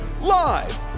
live